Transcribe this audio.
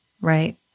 right